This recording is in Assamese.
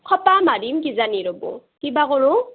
খোপা মাৰিম কিজানি ৰ'ব কিবা কৰোঁ